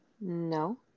No